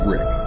Rick